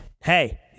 hey